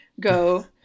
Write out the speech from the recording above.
go